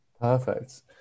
Perfect